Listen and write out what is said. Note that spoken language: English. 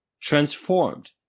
transformed